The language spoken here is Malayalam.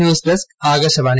news desk Akashvani